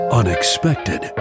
unexpected